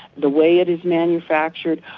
the way it is manufactured,